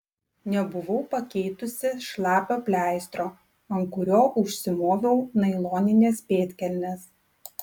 nebuvau pakeitusi šlapio pleistro ant kurio užsimoviau nailonines pėdkelnes